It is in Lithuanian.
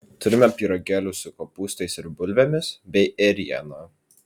turime pyragėlių su kopūstais ir bulvėmis bei ėriena